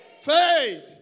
Faith